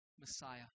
Messiah